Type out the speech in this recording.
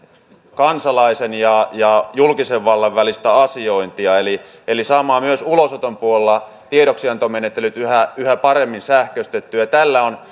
kansalaisen ja ja julkisen vallan välistä asiointia eli eli saamaan myös ulosoton puolella tiedoksiantomenettelyt yhä yhä paremmin sähköistettyä tällä on